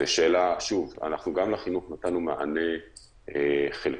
גם לחינוך נתנו מענה חלקי,